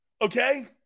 Okay